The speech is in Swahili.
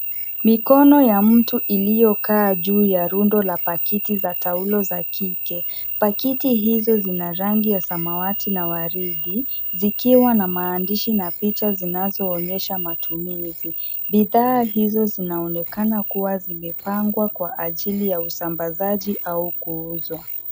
Mikono ya mtu iliyokaa juu ya rundo la pakiti za taulo za kike. Pakiti hizo zina rangi ya samawati la waridi zikiwa na maandishi na picha zinazoonyesha matumizi. Bidhaa hizo zinaonekana kuwa zimepangwa kwa ajili ya usambazaji au kuuzwa.